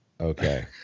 Okay